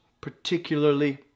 Particularly